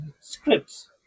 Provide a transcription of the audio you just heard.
scripts